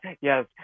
yes